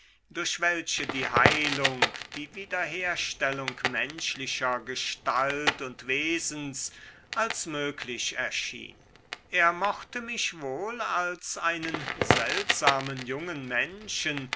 durch welche die heilung die wiederherstellung menschlicher gestalt und wesens als möglich erschien er mochte mich wohl als einen seltsamen jungen menschen